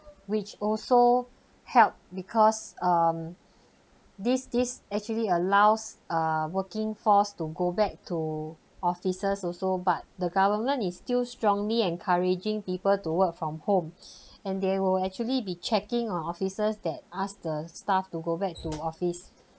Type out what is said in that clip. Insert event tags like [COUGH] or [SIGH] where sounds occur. which also helped because um this this actually allows uh working force to go back to offices also but the government is still strongly encouraging people to work from home [BREATH] and they will actually be checking on offices that ask the staff to go back to office